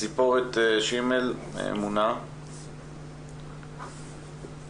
ציפורת שימל מאמונה, בבקשה.